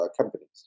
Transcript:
companies